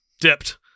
Dipped